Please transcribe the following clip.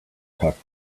tucked